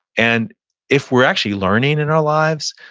and if we're actually learning in our lives,